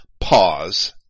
pause